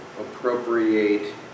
appropriate